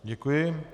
Děkuji.